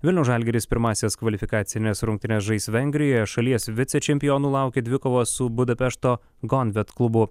vilniaus žalgiris pirmąsias kvalifikacines rungtynes žais vengrijoje šalies vicečempionų laukia dvikovos su budapešto gonvet klubu